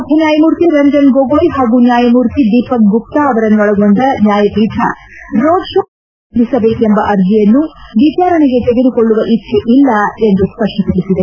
ಮುಖ್ಯನ್ವಾಯಮೂರ್ತಿ ರಂಜನ್ ಗೊಗೊಯ್ ಹಾಗೂ ನ್ವಾಯಮೂರ್ತಿ ದೀಪಕ್ ಗುಪ್ತ ಅವರನ್ನು ಒಳಗೊಂಡ ನ್ಯಾಯಪೀಠ ರೋಡ್ ಶೋ ಮತ್ತು ಬೈಕ್ ರ್ಯಾಲಿ ನಿಷೇಧಿಸಬೇಕೆಂಬ ಅರ್ಜೆಯನ್ನು ವಿಚಾರಣೆಗೆ ತೆಗೆದುಕೊಳ್ಳುವ ಇಚ್ಚೆ ಇಲ್ಲ ಎಂದು ಸ್ಪಷ್ಟಪಡಿಸಿದೆ